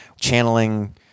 channeling